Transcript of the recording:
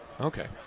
okay